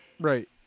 Right